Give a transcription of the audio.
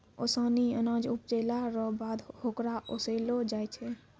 ओसानी अनाज उपजैला रो बाद होकरा ओसैलो जाय छै